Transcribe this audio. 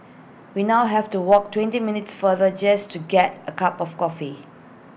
we now have to walk twenty minutes farther just to get A cup of coffee